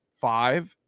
five